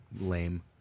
Lame